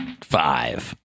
Five